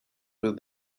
with